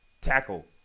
tackle